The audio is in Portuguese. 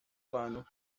plano